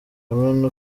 kamena